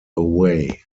away